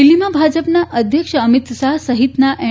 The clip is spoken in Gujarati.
દિલ્હીમાં ભાજપના અધ્યક્ષ અમિત શાહ સહિત એન